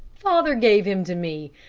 father gave him to me,